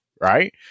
Right